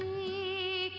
e